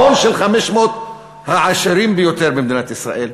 ההון של 500 העשירים ביותר במדינת ישראל,